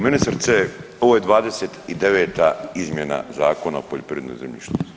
Ministrice ovo je 29 izmjena Zakona o poljoprivrednom zemljištu.